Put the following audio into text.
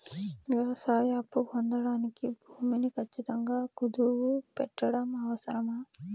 వ్యవసాయ అప్పు పొందడానికి భూమిని ఖచ్చితంగా కుదువు పెట్టడం అవసరమా?